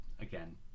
again